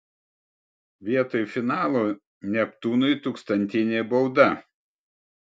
vietoj finalo neptūnui tūkstantinė bauda